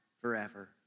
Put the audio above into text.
forever